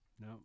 No